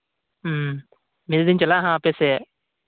ᱢᱤᱫ ᱫᱤᱱ ᱤᱧ ᱪᱟᱞᱟᱜᱼᱟ ᱦᱟᱜ ᱟᱯᱮ ᱥᱮᱫ